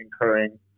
incurring